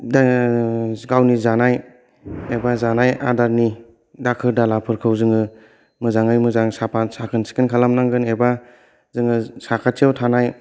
दो गावनि जानाय एबा जानाय आदारनि दाखोर दालाफोरखौ जोङो मोजाङै मोजां साफा साखोन सिखोन खालाम नांगोन एबा जोङो साखाथिआव थानाय